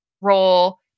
role